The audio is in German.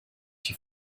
die